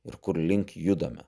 ir kurlink judame